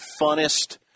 funnest